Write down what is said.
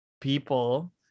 people